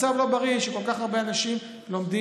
מצב לא בריא שכל כך הרבה אנשים לומדים,